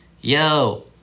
Yo